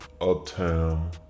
uptown